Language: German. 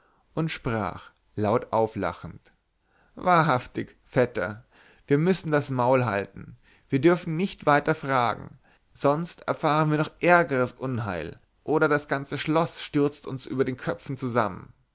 und sprach laut auflachend wahrhaftig vetter wir müssen das maul halten wir dürfen nicht weiter fragen sonst erfahren wir noch ärgeres unheil oder das ganze schloß stürzt uns über den köpfen zusammen